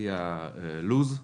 לפי לוח הזמנים.